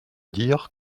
dire